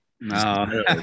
no